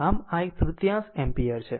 આમ એક તૃતીયાંશ એમ્પીયર છે